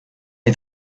est